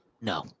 No